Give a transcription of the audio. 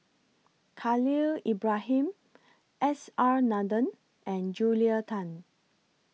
Khalil Ibrahim S R Nathan and Julia Tan